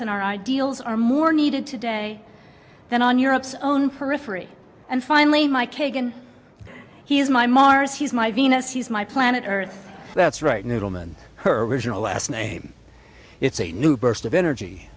and our ideals are more needed today than on europe's own periphery and finally my kagan he is my mars he's my venus he's my planet earth that's right needleman her original last name it's a new burst of energy